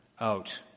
out